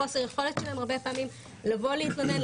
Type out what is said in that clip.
חוסר היכולת שלהם הרבה פעמים לבוא להתלונן,